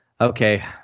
Okay